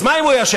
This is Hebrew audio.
אז מה אם הוא ישב?